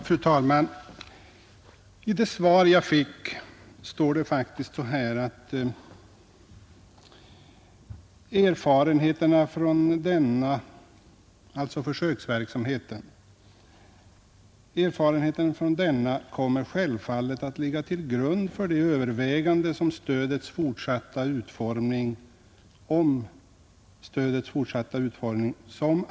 Fru talman! I det svar jag fick står det faktiskt att erfarenheterna från försöksverksamheten ”kommer självfallet att ligga till grund för de överväganden om stödets fortsatta utformning som aktualiseras vid försöksperiodens slut”.